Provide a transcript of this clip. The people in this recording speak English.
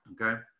okay